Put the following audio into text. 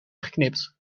geknipt